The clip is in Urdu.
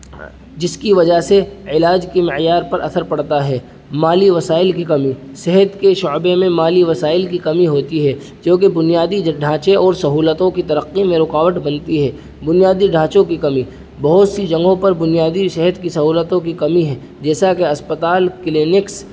جس کی وجہ سے علاج کے معیار پر اثر پڑتا ہے مالی وسائل کی کمی صحت کے شعبے میں مالی وسائل کی کمی ہوتی ہے جو کہ بنیادی ڈھانچے اور سہولتوں کی ترقی میں رکاوٹ بنتی ہے بنیادی ڈھانچوں کی کمی بہت سی جگہوں پر بنیادی صحت کی سہولتوں کی کمی ہے جیسا کہ اسپتال کلینکس